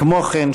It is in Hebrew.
כמו כן,